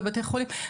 בבתי חולים,